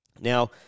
Now